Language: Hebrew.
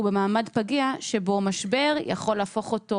הוא במעמד פגיע שבו משבר יכול להפוך אותו